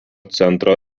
centro